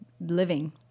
living